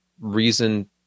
reason